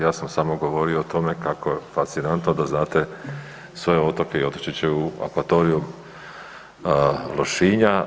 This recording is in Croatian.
Ja sam samo govorio o tome kako je fascinantno da znate sve otoke i otočiće u akvatoriju Lošinja.